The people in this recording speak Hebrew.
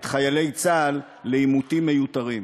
את חיילי צה"ל לעימותים מיותרים.